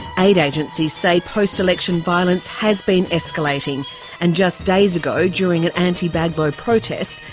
aid agencies say post-election violence has been escalating and just days ago during and anti-gbagbo protests,